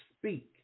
speak